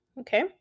Okay